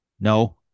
No